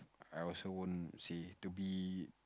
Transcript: I also won't say to be